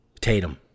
Tatum